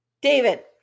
David